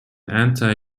anti